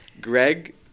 Greg